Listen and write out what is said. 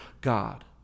God